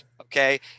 okay